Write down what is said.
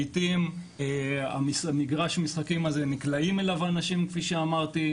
לעיתים למגרש המשחקים הזה נקלעים אליו אנשים כפי שאמרתי,